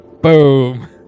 boom